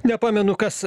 nepamenu kas